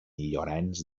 llorenç